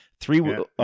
Three